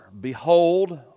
behold